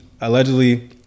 allegedly